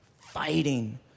fighting